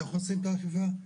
איך עושים את האכיפה?